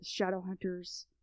Shadowhunters